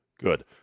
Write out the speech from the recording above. good